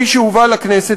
כפי שהובאה לכנסת,